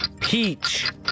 Peach